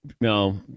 no